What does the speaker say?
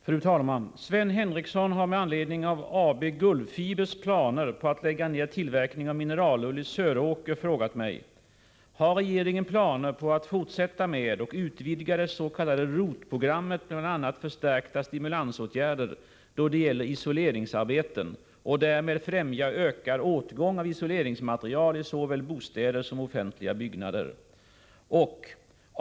Fru talman! Sven Henricsson har med anledning av AB Gullfibers planer på att lägga ner tillverkningen av mineralull i Söråker frågat mig: — Har regeringen planer på att fortsätta med och utvidga det s.k. ROT programmet med bl.a. förstärkta stimulansåtgärder då det gäller isoleringsarbeten och därmed främja ökad åtgång av isoleringsmaterial i såväl bostäder som offentliga byggnader?